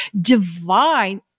divine